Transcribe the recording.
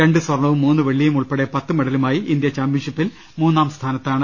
രണ്ട് സ്വർണ്ണവും മൂന്ന് വെള്ളിയും ഉൾപ്പെടെ പത്ത് മെഡലുമായി ഇന്ത്യ ചാമ്പ്യൻഷി പ്പിൽ മൂന്നാം സ്ഥാനത്താണ്